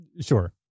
sure